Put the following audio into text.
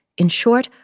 in short,